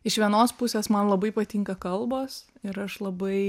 iš vienos pusės man labai patinka kalbos ir aš labai